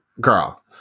girl